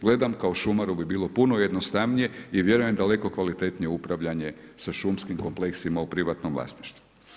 Gledam kao šumaru bi bilo puno jednostavnije i vjerujem daleko kvalitetnije upravljanje sa šumskim kompleksima u privatnom vlasništvu.